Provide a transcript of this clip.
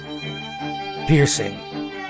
piercing